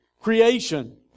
creation